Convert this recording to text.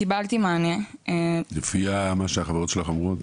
קיבלתי מענה --- לפי מה שחברות שלך אמרו,